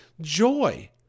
Joy